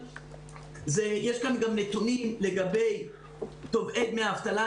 יש כאן גם נתונים לגבי תובעי דמי אבטלה,